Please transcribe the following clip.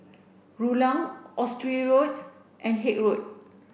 Rulang Oxley Road and Haig Road